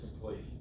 complete